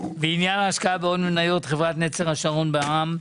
בעניין ההשקעה בהון מניות חברת נצר השרון בע"מ,